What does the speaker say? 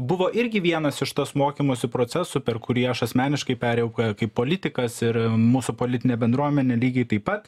buvo irgi vienas iš tos mokymosi proceso per kurį aš asmeniškai perėjau kaip politikas ir mūsų politinė bendruomenė lygiai taip pat